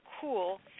cool